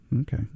Okay